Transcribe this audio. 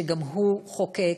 שגם הוא חוקק,